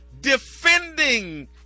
defending